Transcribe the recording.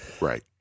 Right